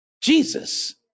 Jesus